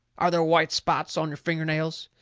are there white spots on your finger nails?